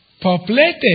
populated